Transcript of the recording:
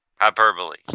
Hyperbole